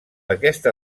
aquesta